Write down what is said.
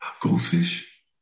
Goldfish